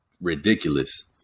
ridiculous